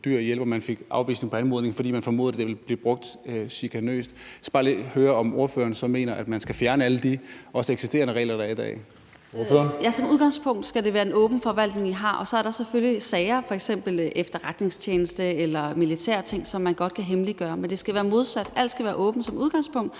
som udgangspunkt skal det være en åben forvaltning, vi har. Så er der selvfølgelig sager, f.eks. om efterretningstjenester eller militærting, som man godt kan hemmeliggøre, men det skal være modsat: Alt skal som udgangspunkt